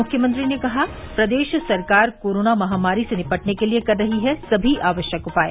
मुख्यमंत्री ने कहा प्रदेश सरकार कोरोना महामारी से निपटने के लिए कर रही है समी आवश्यक उपाय